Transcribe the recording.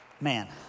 Man